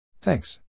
thanks